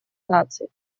наций